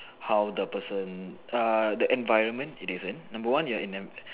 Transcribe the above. how the person err the environment is different number one you're in